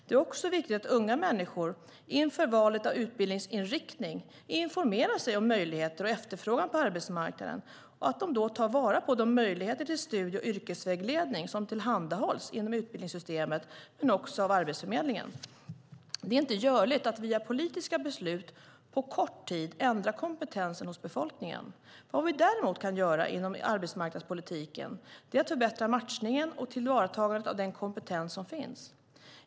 Det är också viktigt att unga människor inför valet av utbildningsinriktning informerar sig om möjligheter och efterfrågan på arbetsmarknaden och att de då tar vara på de möjligheter till studie och yrkesvägledning som tillhandahålls inom utbildningssystemet men också av Arbetsförmedlingen. Det är inte görligt att via politiska beslut på kort tid ändra kompetensen hos befolkningen. Vad vi däremot kan göra inom arbetsmarknadspolitiken är att förbättra matchningen och tillvaratagandet av den kompetens som finns.